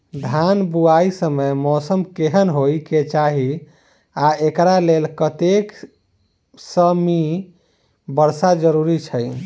धान बुआई समय मौसम केहन होइ केँ चाहि आ एकरा लेल कतेक सँ मी वर्षा जरूरी छै?